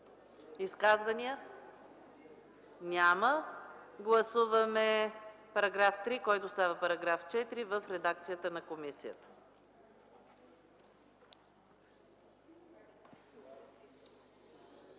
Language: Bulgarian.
Изказвания? Няма. Гласуваме § 3, който става § 4 в редакцията на комисията.